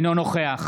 אינו נוכח